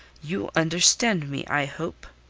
you understand me, i hope.